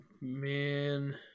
Man